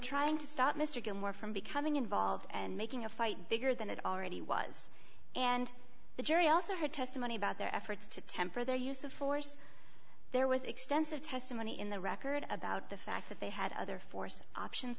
trying to stop mr gilmore from becoming involved and making a fight bigger than it already was and the jury also heard testimony about their efforts to temper their use of force there was extensive testimony in the record about the fact that they had other force options